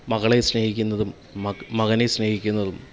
മകളെ സ്നേഹിക്കുന്നതും മകനെ സ്നേഹിക്കുന്നതും